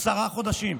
עשרה חודשים.